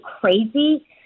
crazy